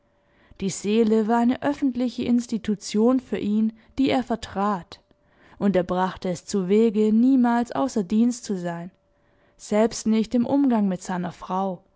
die seele war eine öffentliche institution für ihn die er vertrat und er brachte es zuwege niemals außer dienst zu sein selbst nicht im umgang mit seiner frau